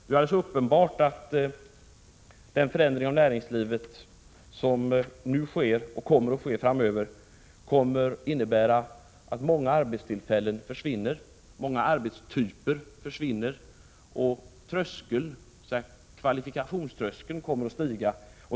Det är alldeles uppenbart att den förändring av näringslivet som nu sker och kommer att ske framöver kommer att innebära att många arbetstillfällen och många arbetstyper försvinner. Vidare kommer kvalifikationströskeln att höjas.